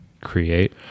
create